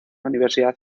universidad